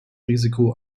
risiko